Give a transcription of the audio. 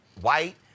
white